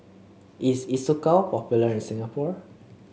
is Isocal popular in Singapore